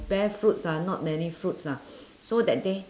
bear fruits ah not many fruits ah so that day